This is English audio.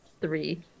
three